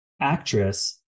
actress